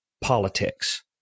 politics